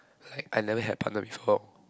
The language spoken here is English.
I I never had partner before